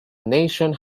national